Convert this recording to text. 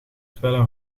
terwijl